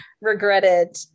regretted